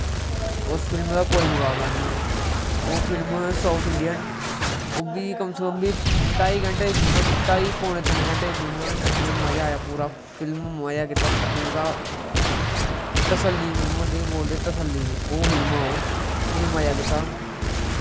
उस फिल्म दा कोई मुकावला नेईं ओह् फिल्म साउथ इंडियन ओह् बी कम से कम ढाई घैंटे दी फिल्म ढाई पौनें तिन्न घैंटे दी फिल्म मज़ा आया पूरा मज़ा कीता पूरा तसल्ली दी फिल्म बोलदे तसल्ली दी ओह् फिल्म ऐ ओह् पूरा मज़ा कीता